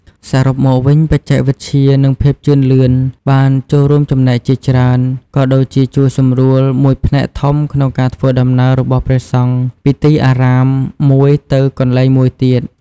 សរុបមកវិញ បច្ចេកវិទ្យា និងភាពជឿនលឿនបានចូលរូមចំណែកជាច្រើន ក៏ដូចជាជួយសម្រួលមួយផ្នែកធំក្នុងការធ្វើដំណើររបស់ព្រះសង្ឃពីទីអារាមមួយទៅកន្លែងមួយទៀត។